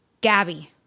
Gabby